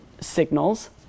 signals